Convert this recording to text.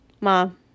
Mom